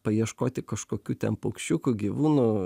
paieškoti kažkokių ten paukščiukų gyvūnų